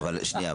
שנייה,